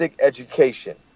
education